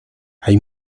hay